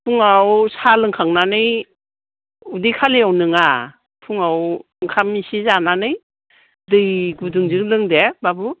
फुंआव साहा लोंखांनानै उदै खालियाव नङा फुङाव ओंखाम एसे जानानै दै गुदुंजों लों दे बाबु